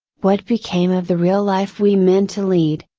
what became of the real life we meant to lead,